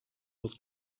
was